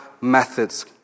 Methods